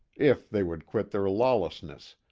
if they would quit their lawlessness,